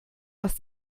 aus